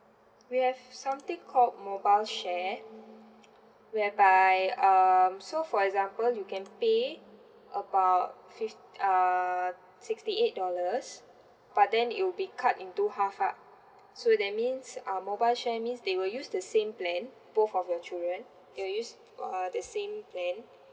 we have something called mobile share whereby um so for example you can pay about fif~ uh sixty eight dollars but then it will be cut into half lah so that means um mobile share means they will use the same plan both of your children they will use uh the same plan